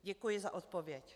Děkuji za odpověď.